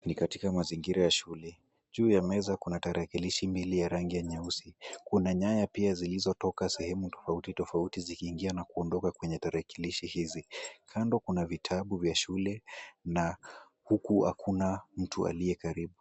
Ni katika mazingira ya shule, juu ya meza kuna tarakilishi mbili ya rangi ya nyeusi, kuna nyaya pia zilizotoka sehemu tofauti tofauti zikiingia na kuondoka kwenye tarakilishi hizi, kando kuna vitabu vya shule na huku hakuna mtu aliye karibu.